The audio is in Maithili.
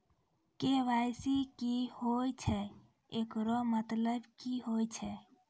के.वाई.सी की होय छै, एकरो मतलब की होय छै?